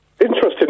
Interesting